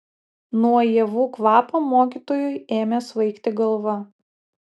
nuo ievų kvapo mokytojui ėmė svaigti galva